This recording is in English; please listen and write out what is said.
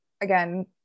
again